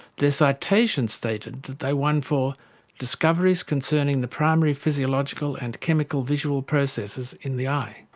their citation stated that they won for discoveries concerning the primary physiological and chemical visual processes in the eye.